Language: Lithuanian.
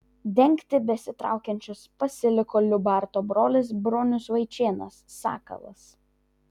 dengti besitraukiančius pasiliko liubarto brolis bronius vaičėnas sakalas